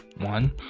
One